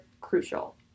crucial